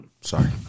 Sorry